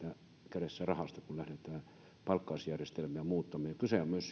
kädessä rahasta kun lähdetään palkkausjärjestelmiä muuttamaan kysehän on myös